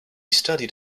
studied